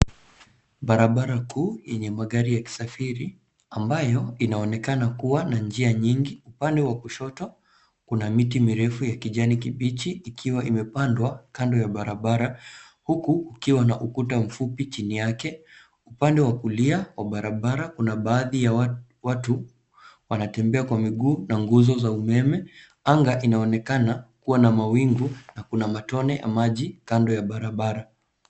Barabara kuu yenye magari yakisafiri, ambayo, inaonekana kuwa na njia nyingi. Upande wa kushoto, kuna miti mirefu ya kijani kibichi, ikiwa imepandwa kando ya barabara, huku ukiwa na ukuta mfupi chini yake. Upande wa kulia wa barabara, kuna baadhi ya watu wanatembea kwa miguu, na nguzo za umeme. Anga inaonekana kuwa na mawingu, na kuna matone ya maji kando ya barabara.